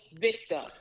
victim